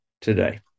today